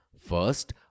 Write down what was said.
First